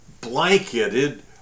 blanketed